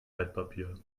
altpapier